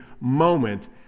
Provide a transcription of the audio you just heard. moment